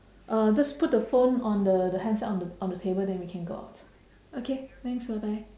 uh just put the phone on the the handset on the table then we can go out okay thanks bye bye